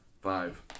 Five